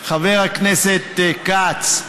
חבר הכנסת כץ,